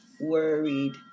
worried